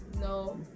No